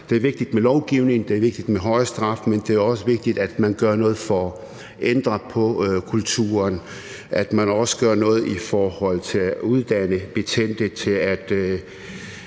er det vigtigt med lovgivning, det er vigtigt med høje straffe, men det er også vigtigt, at man gør noget for at ændre på kulturen, og at man også gør noget i forhold til at uddanne betjente til at